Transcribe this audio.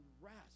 rest